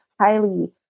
highly